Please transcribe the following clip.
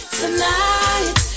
tonight